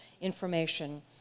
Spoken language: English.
information